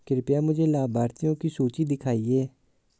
कृपया मुझे लाभार्थियों की सूची दिखाइए